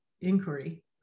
inquiry